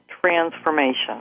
transformation